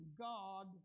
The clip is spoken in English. God